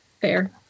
Fair